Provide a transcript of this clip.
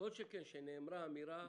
כל שכן שנאמרה אמירה,